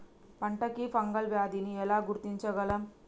పంట కి ఫంగల్ వ్యాధి ని ఎలా గుర్తించగలం?